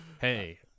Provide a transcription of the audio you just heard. Hey